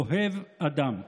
אוהב אדם.